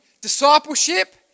Discipleship